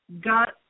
got